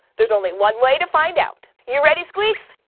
there's only one way to find out! you ready, squeaks?